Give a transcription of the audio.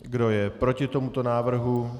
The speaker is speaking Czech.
Kdo je proti tomuto návrhu?